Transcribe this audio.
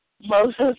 Moses